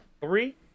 three